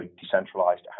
decentralized